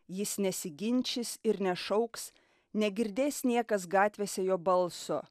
jis nesiginčys ir nešauks negirdės niekas gatvėse jo balso